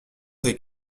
des